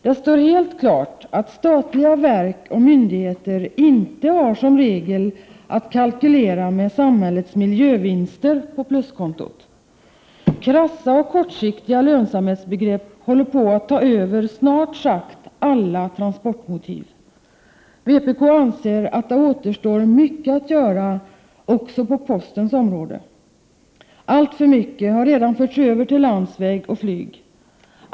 Det står helt klart att statliga verk och myndigheter inte har som regel att kalkylera med samhällets miljövinster på pluskontot. Krassa och kortsiktiga lönsamhetsbegrepp håller på att ta över snart sagt alla transportmotiv. Vpk anser att det återstår mycket att göra också på postens område. Alltför mycket har redan förts över till landsväg och flyg.